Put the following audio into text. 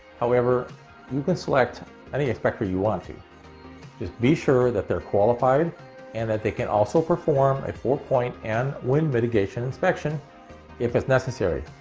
however you can select any expector you want. just be sure that they're qualified and that they can also perform a four-point and wind mitigation inspection if it's necessary.